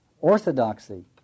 orthodoxy